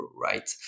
right